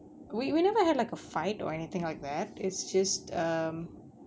we we never had like a fight or anything like that it's just um